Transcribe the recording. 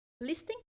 listing